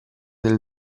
del